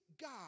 God